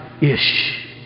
Ish